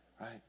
Right